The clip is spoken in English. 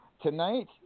Tonight